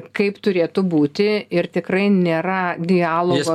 kaip turėtų būti ir tikrai nėra dialogo